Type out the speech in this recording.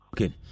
Okay